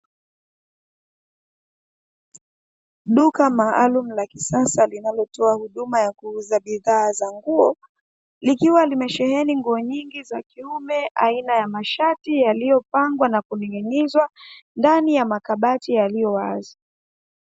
Duka maalumu la kisasa linalotoa huduma ya kuuza bidhaa za nguo, likiwa limesheheni nguo nyingi za kiume aina ya mashati yaliyopangwa na kuning'inizwa ndani ya makabati yaliyo wazi.